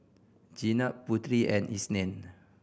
Jenab Putri and Isnin